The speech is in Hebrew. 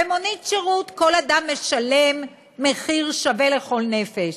במונית שירות כל אדם משלם מחיר שווה לכל נפש.